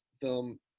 film